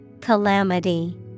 Calamity